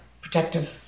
protective